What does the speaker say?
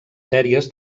sèries